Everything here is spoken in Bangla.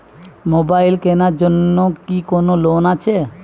মোবাইল কেনার জন্য কি কোন লোন আছে?